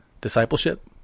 discipleship